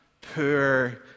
poor